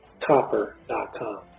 copper.com